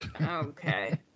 okay